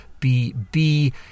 BB